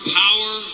power